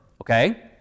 Okay